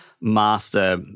master